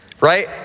right